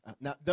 Now